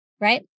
right